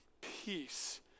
peace